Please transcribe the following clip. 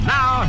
Now